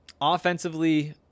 Offensively